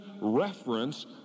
reference